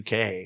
UK